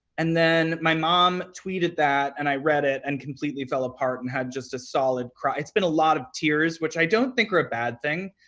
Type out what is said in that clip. and then my mom tweeted that and i read it and completely fell apart and had just a solid cry. it's been a lot of tears, which i don't think are a bad thing,